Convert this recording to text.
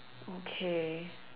okay